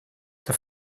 эта